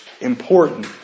important